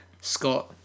Scott